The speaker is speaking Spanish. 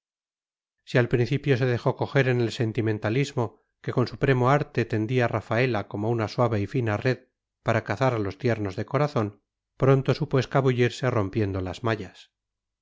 si al principio se dejó coger en el sentimentalismo que con supremo arte tendía rafaela como una suave y fina red para cazar a los tiernos de corazón pronto supo escabullirse rompiendo las mallas